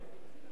הדבר השני,